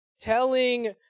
telling